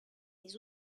les